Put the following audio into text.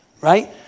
Right